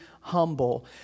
humble